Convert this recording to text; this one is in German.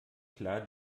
klar